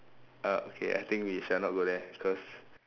um okay I think we shall not go there cause